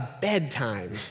bedtime